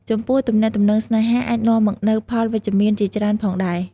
ចំពោះទំនាក់ទំនងស្នេហាអាចនាំមកនូវ ផលវិជ្ជមាន ជាច្រើនផងដែរ។